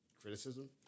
criticism